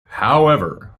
however